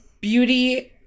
beauty